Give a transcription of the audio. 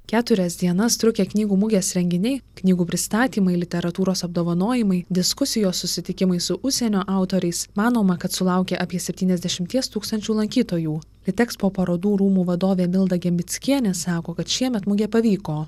keturias dienas trukę knygų mugės renginiai knygų pristatymai literatūros apdovanojimai diskusijos susitikimai su užsienio autoriais manoma kad sulaukė apie septyniasdešimties tūkstančių lankytojų litekspo parodų rūmų vadovė milda gembickienė sako kad šiemet mugė pavyko